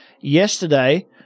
yesterday